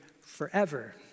forever